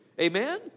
Amen